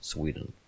Sweden